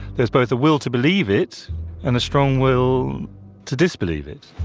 there is both a will to believe it and a strong will to disbelieve it,